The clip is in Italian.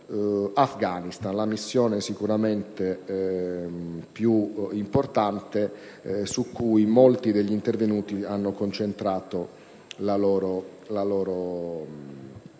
l'Afghanistan: è la missione sicuramente più importante, su cui molti degli intervenuti hanno concentrato la loro attenzione.